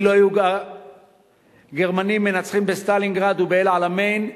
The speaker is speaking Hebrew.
אילו היו הגרמנים מנצחים בסטלינגרד ובאל-עלמיין,